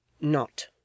Not